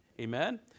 Amen